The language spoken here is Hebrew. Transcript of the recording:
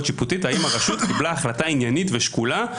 שיפוטית האם הרשות קיבלה החלטה עניינית ושקולה,